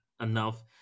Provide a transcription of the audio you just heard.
enough